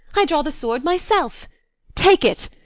i draw the sword myself take it,